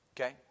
Okay